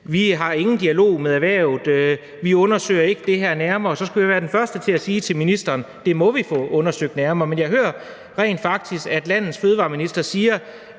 havde nogen dialog med erhvervet, og at man ikke undersøgte det her nærmere, skulle jeg være den første til at sige til ministeren: Det må vi få undersøgt nærmere. Men jeg hører rent faktisk, at landets fødevareminister siger,